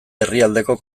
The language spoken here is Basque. herrialdeko